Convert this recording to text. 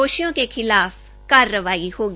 दोषियों के खिलाफ कार्रवाई होगी